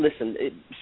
Listen